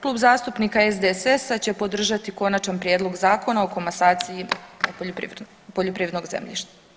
Klub zastupnika SDSS-a će podržati Konačna prijedlog Zakona o komasaciji poljoprivrednog zemljišta.